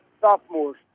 sophomores